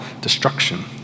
destruction